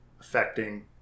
affecting